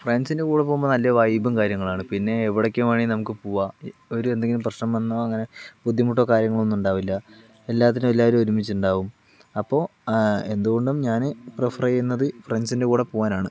ഫ്രണ്ട്സിൻ്റെ കൂടെ പോകുമ്പോൾ നല്ല വൈബും കാര്യങ്ങളുമാണ് പിന്നെ എവടേക്ക് വേണമെങ്കിലും നമുക്ക് പോവാം ഒരു എന്തെങ്കിലും പ്രശ്നം വന്നാൽ അങ്ങനെ ബുദ്ധിമുട്ടോ കാര്യങ്ങളോ ഒന്നും ഉണ്ടാവില്ല എല്ലാത്തിനും എല്ലാവരും ഒരുമിച്ചുണ്ടാകും അപ്പോൾ എന്തുകൊണ്ടും ഞാൻ പ്രീഫറ് ചെയ്യുന്നത് ഫ്രണ്ട്സിൻ്റെ കൂടെ പോവാനാണ്